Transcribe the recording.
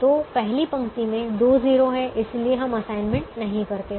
तो पहली पंक्ति में दो 0 हैं इसलिए हम असाइनमेंट नहीं करते हैं